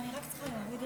ממש הקיץ של אביה